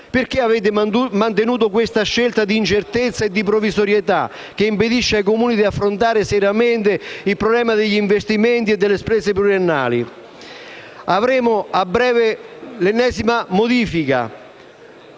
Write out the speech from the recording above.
Perché avete mantenuto questa scelta di incertezza e di provvisorietà, che impedisce ai Comuni di affrontare seriamente il problema degli investimenti e delle spese pluriennali? Avremo a breve l'ennesima modifica,